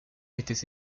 étaient